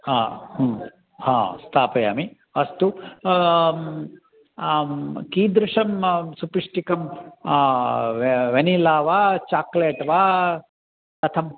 हा हा स्थापयामि अस्तु कीदृशं सुपिष्टकं वे वेनिला वा चाक्लेट् वा कथम्